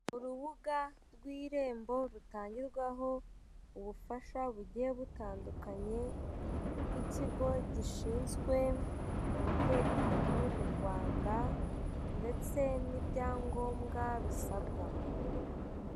Urubuga rw'irembo rutangirwaho ubufasha bugiye butandukanye bw'ikigo gishinzwe umutekano mu Rwanda, ndetse n'ibyangombwa bisabwa.